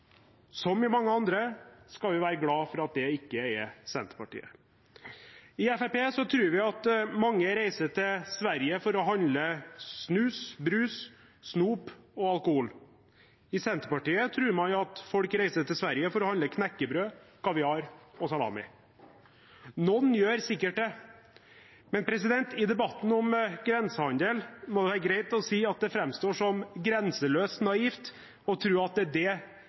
ikke er Senterpartiet. I Fremskrittspartiet tror vi at mange reiser til Sverige for å handle snus, brus, snop og alkohol. I Senterpartiet tror man at folk reiser til Sverige for å handle knekkebrød, kaviar og salami. Noen gjør sikkert det, men i debatten om grensehandel må det være greit å si at det framstår som grenseløst naivt å tro at det er det